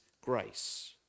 grace